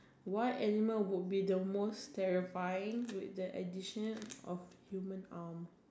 what animal would be the most terrifying with the addition of human arm